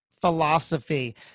philosophy